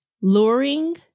Luring